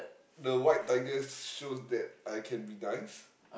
the white tiger shows that I can be nice